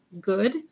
good